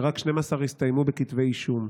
ורק 12% הסתיימו בכתבי אישום.